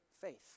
faith